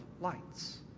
lights